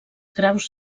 graus